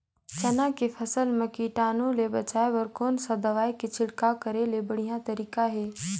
चाना के फसल मा कीटाणु ले बचाय बर कोन सा दवाई के छिड़काव करे के बढ़िया तरीका हे?